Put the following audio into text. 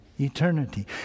eternity